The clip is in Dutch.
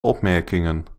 opmerkingen